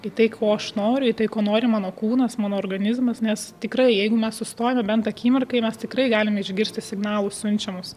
į tai ko aš noriu į tai ko nori mano kūnas mano organizmas nes tikrai jeigu mes sustojame bent akimirkai mes tikrai galime išgirsti signalus siunčiamus